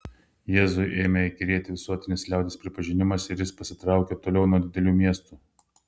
jėzui ėmė įkyrėti visuotinis liaudies pripažinimas ir jis pasitraukė toliau nuo didelių miestų